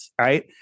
Right